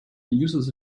uses